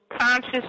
conscious